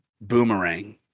boomerang